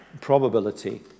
probability